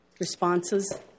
responses